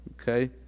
Okay